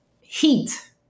heat